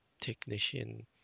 technician